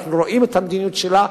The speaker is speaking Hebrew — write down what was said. אנחנו רואים את המדיניות שלה.